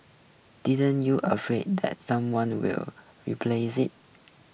didn't you afraid that someone will replace it